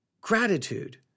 gratitude